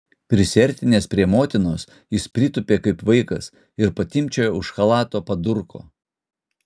prisiartinęs prie motinos jis pritūpė kaip vaikas ir patimpčiojo už chalato padurko